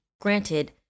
Granted